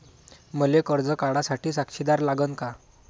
मले कर्ज काढा साठी साक्षीदार लागन का?